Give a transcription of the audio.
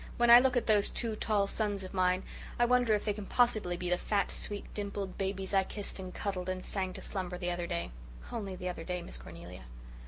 when i look at those two tall sons of mine i wonder if they can possibly be the fat, sweet, dimpled babies i kissed and cuddled and sang to slumber the other day only the other day, miss cornelia.